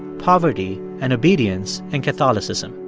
poverty and obedience in catholicism.